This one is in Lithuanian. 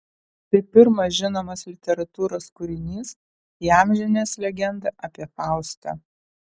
tai pirmas žinomas literatūros kūrinys įamžinęs legendą apie faustą